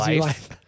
life